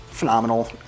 phenomenal